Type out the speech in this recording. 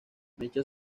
mecha